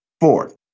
fourth